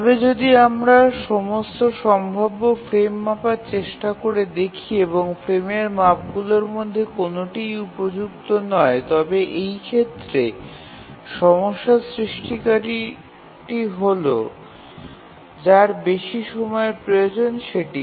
তবে যদি আমরা সমস্ত সম্ভাব্য ফ্রেম মাপার চেষ্টা করে দেখি এবং ফ্রেমের মাপগুলির মধ্যে কোনওটিই উপযুক্ত নয় তবে এই ক্ষেত্রে সমস্যা সৃষ্টিকারীটি হল যার বেশি সময়ের প্রয়োজন সেটি